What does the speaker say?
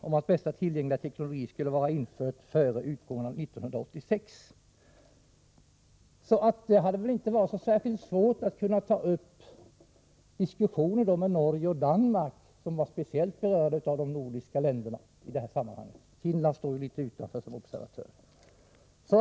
Det hade därför inte varit så särskilt svårt att ta upp diskussioner med Norge och Danmark, som var speciellt berörda — Finland stod ju litet utanför som observatör.